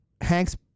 Hank's